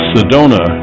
Sedona